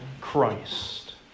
Christ